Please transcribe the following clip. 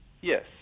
Yes